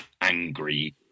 angry